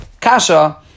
Kasha